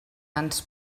ens